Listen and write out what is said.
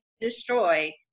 destroy